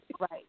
Right